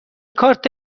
کارت